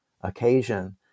occasion